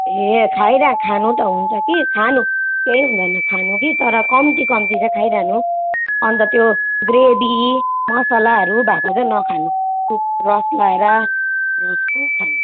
ए खाइराख्नु खानु त हुन्छ कि खानु केही हुँदैन खानु कि तर कम्ती कम्ती चाहिँ खाइरहनु अन्त त्यो ग्रेभी मसालाहरू भएको चाहिँ नखानु रस लगाएर